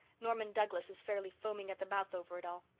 norman douglas is fairly foaming at the mouth over it all.